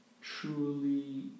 truly